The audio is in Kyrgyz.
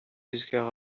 бизге